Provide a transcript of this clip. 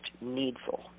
needful